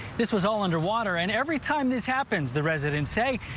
this was all under water and every time this happens, the residents say,